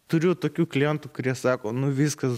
turiu tokių klientų kurie sako nu viskas